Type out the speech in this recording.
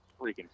freaking